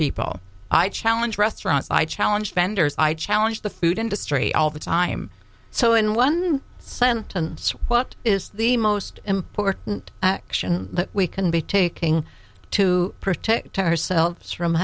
people i challenge restaurants i challenge vendors i challenge the food industry all the time so in one sentence what is the most important action we can be taking to protect ourselves from